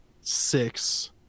six